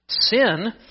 sin